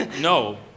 No